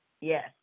Yes